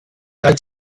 als